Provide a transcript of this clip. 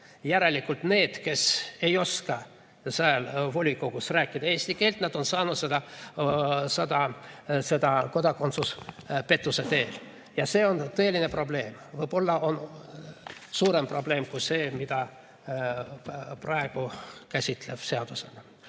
Järelikult need, kes ei oska seal volikogus rääkida eesti keelt, on saanud selle kodakondsuse pettuse teel. Ja see on tõeline probleem. Võib-olla on see suurem probleem kui see, mida praegu käsitlev seadus. Vabandust!